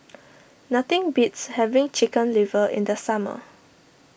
nothing beats having Chicken Liver in the summer